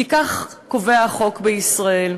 כי כך קובע החוק בישראל.